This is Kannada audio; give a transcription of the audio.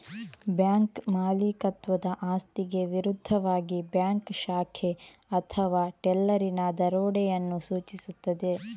ಬ್ಯಾಂಕ್ ಮಾಲೀಕತ್ವದ ಆಸ್ತಿಗೆ ವಿರುದ್ಧವಾಗಿ ಬ್ಯಾಂಕ್ ಶಾಖೆ ಅಥವಾ ಟೆಲ್ಲರಿನ ದರೋಡೆಯನ್ನು ಸೂಚಿಸುತ್ತದೆ